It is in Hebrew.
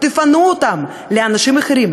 תפנו אותם לאנשים אחרים,